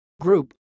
group